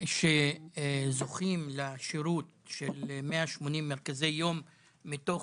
שזוכים לשירות של 180 מרכזי יום מתוך